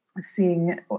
seeing